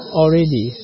already